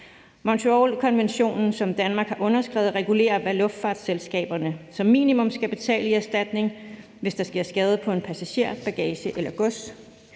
Montrealkonventionen, som Danmark har underskrevet, regulerer, hvad luftfartsselskaberne som minimum skal betale i erstatning, hvis der sker skade på en passager, bagage eller gods.